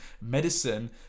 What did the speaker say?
medicine